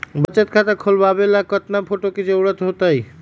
बचत खाता खोलबाबे ला केतना फोटो के जरूरत होतई?